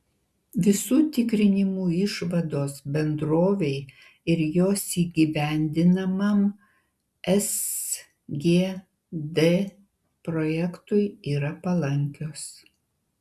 visų tikrinimų išvados bendrovei ir jos įgyvendinamam sgd projektui yra palankios